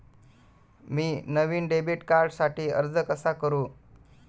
मी नवीन डेबिट कार्डसाठी अर्ज कसा करू?